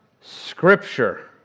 Scripture